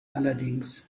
allerdings